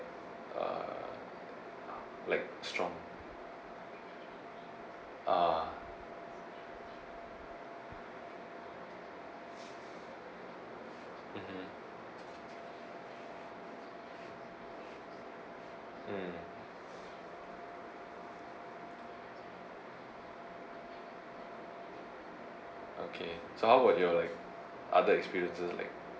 uh like strong uh mmhmm mm okay so how about your like other experiences like